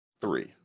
three